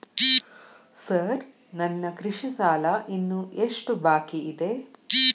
Sir ನನ್ನ ಕೃಷಿ ಸಾಲ ಇನ್ನು ಎಷ್ಟು ಬಾಕಿಯಿದೆ?